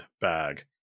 bag